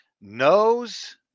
knows